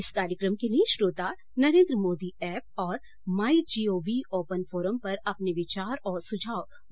इस कार्यक्रम के लिए श्रोता नरेन्द्र मोदी ऐप और माई जीओवी ओपन फोरम पर अपने विचार और सुझाव भेज सकते हैं